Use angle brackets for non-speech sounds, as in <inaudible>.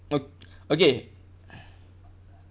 o~ okay <breath>